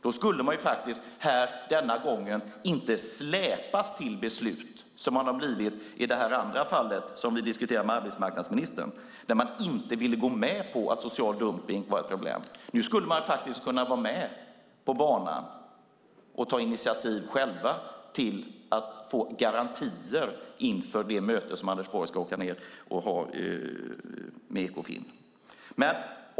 Då skulle man denna gång inte behöva släpas till beslut, som man blev i det andra fallet som vi diskuterat med arbetsmarknadsministern då man inte ville gå med på att social dumpning var ett problem. Nu skulle regeringen faktiskt kunna vara med på banan och själv ta initiativ till att få garantier, inför det möte som Anders Borg ska ha med Ekofin.